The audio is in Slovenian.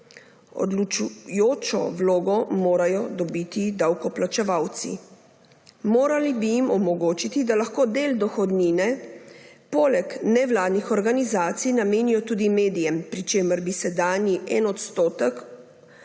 Odločujočo vlogo morajo dobiti davkoplačevalci. Morali bi jim omogočiti, da lahko del dohodnine poleg nevladnih organizacij namenijo tudi medijem, pri čemer bi sedanji 1 %